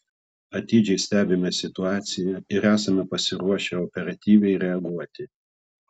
atidžiai stebime situaciją ir esame pasiruošę operatyviai reaguoti